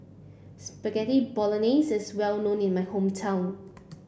Spaghetti Bolognese is well known in my hometown